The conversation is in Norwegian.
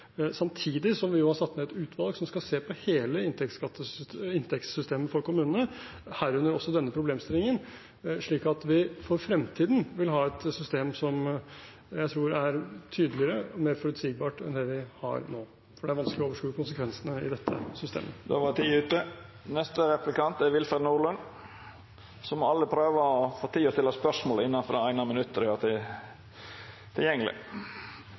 samtidig som vi har satt ned et utvalg som skal se på hele inntektssystemet for kommunene, herunder også denne problemstillingen, slik at vi for fremtiden vil ha et system som jeg tror er tydeligere og mer forutsigbart enn det vi har nå, for det er vanskelig å overskue konsekvensene i dette systemet. Tida er ute. Senterpartiet er helt enig med Kommune-Norge og KS i at det er harde kår for lokalpolitikerne når de skal finansiere alle tjenestene og skape gode lokalsamfunn. Statsråden gjentar og